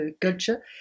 culture